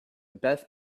beth